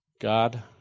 God